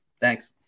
Thanks